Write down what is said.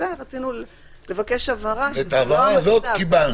רצינו לבקש הבהרה ---- ואת ההבהרה הזאת קיבלנו.